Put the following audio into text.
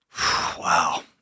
Wow